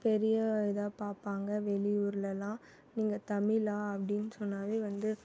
பெரிய இதாக பார்ப்பாங்க வெளி ஊர்லெலாம் நீங்கள் தமிழா அப்படின்னு சொன்னாலே வந்து